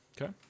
Okay